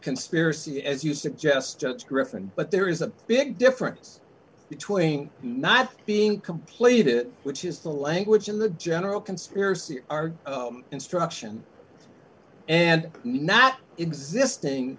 conspiracy as you suggest griffin but there is a big difference between not being completed which is the language in the general conspiracy are instruction and not existing